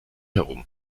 herum